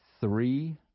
three